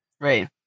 Right